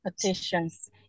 petitions